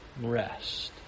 rest